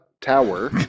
tower